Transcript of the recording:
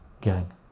gang